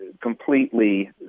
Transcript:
completely